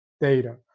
data